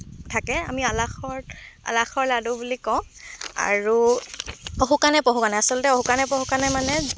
থাকে আমি আলাসৰ আলাসৰ লাডু বুলি কওঁ আৰু অহু কাণে পহু কাণে আচলতে অহু কাণে পহু কাণে মানে